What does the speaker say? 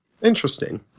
Interesting